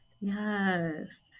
Yes